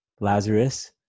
Lazarus